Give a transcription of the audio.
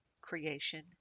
Creation